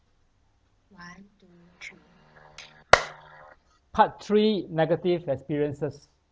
part three negative experiences